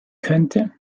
könnte